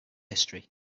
history